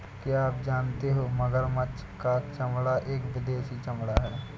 क्या आप जानते हो मगरमच्छ का चमड़ा एक विदेशी चमड़ा है